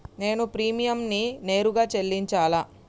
నేను ప్రీమియంని నేరుగా చెల్లించాలా?